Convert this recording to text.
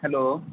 hello